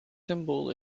symbol